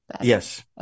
Yes